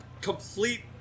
complete